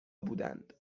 بودند